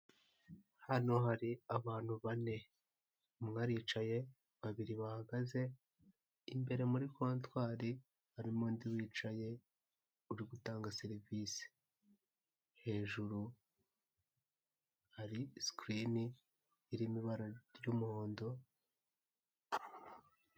Hano hari abantu bane, umwe aricaye, babiri bahagaze, imbere muri kontwari harimo undi wicaye uri gutanga serivise, hejuru hari sikirini iri mu ibara ry'umuhondo.